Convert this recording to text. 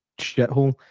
shithole